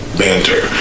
banter